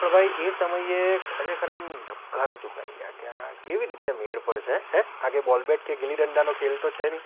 પણ ભાઈ એ સમયે ખરેખર આમ ધબકારા ચુકાઈ ગયા કે આ કેવી રીતે મેળ પડશે હેં આ કંઇ બોલ બેટ કે ગીલીદંડાનો ખેલ તો છે નહીં